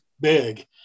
big